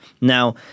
Now